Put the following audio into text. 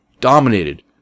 Dominated